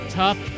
tough